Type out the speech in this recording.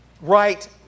right